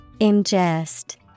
Ingest